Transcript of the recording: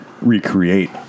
recreate